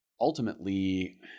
ultimately